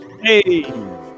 Hey